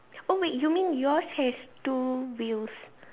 oh wait you mean yours has two wheels